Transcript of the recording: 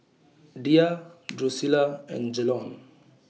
Diya Drusilla and Jalon